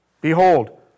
Behold